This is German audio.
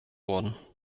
wurden